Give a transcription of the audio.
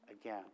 again